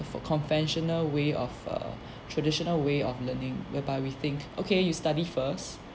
for conventional way of err traditional way of learning whereby we think okay you study first